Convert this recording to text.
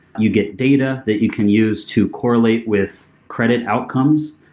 you get data that you can use to correlate with credit outcomes.